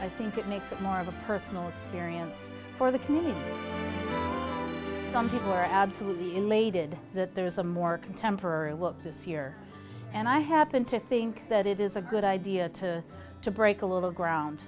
i think that makes it more of a personal experience for the community some people are absolutely elated that there's a more contemporary look this year and i happen to think that it is a good idea to to break a little ground